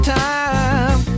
time